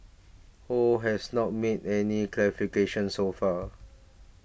Ho has not made any clarifications so far